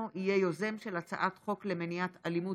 יהיה יוזם של הצעת חוק למניעת אלימות